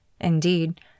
Indeed